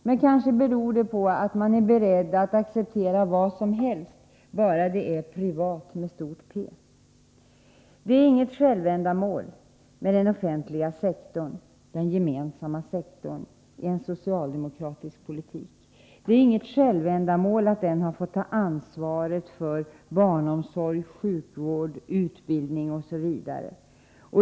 Men kanske beror det på att man är beredd att acceptera vad som helst bara det är Privat — med stort P. Den offentliga sektorn — den gemensamma sektorn — är inget självändamål i en socialdemokratisk politik. Det är inget självändamål att den fått ta ansvaret för barnomsorg, sjukvård, utbildning osv.